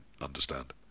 understand